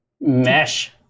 mesh